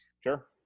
Sure